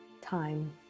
Time